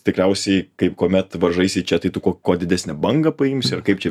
tikriausiai kaip kuomet varžaisi čia tai tu kuo kuo didesnę bangą paimsi ar kaip čia